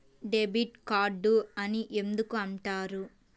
Debit card అని ఎందుకు అంటారు?